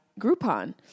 Groupon